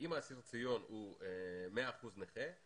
אם האסיר ציון הוא 100% נכה,